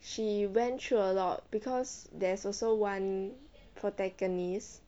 she went through a lot because there's also one protagonist